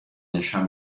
نشان